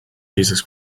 jesus